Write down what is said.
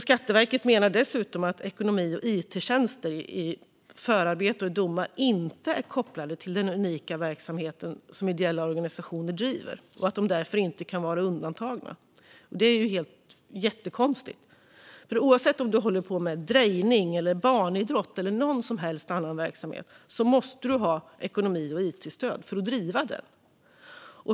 Skatteverket menar dessutom att ekonomi och it-tjänster i förarbete och domar inte är kopplade till den unika verksamhet som de ideella organisationerna driver och att de därför inte kan vara undantagna. Det är jättekonstigt, för oavsett om du håller på med drejning, barnidrott eller någon annan verksamhet måste du ha ekonomi och it-stöd för att driva den.